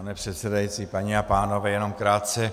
Pane předsedající, paní a pánové, jenom krátce.